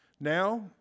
Now